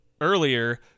earlier